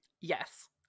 Yes